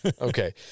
Okay